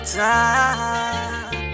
time